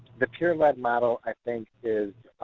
the peer-led model, i think, is